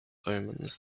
omens